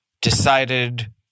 decided